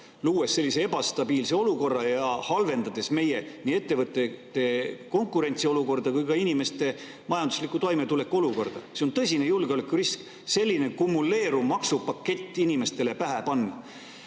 luues sellise ebastabiilse olukorra ja halvendades nii meie ettevõtete konkurentsiolukorda kui ka inimeste majandusliku toimetuleku olukorda. See on tõsine julgeolekurisk selline kumuleeruv maksupakett inimestele pähe panna. Nüüd